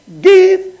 give